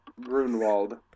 Grunwald